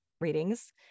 readings